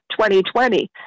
2020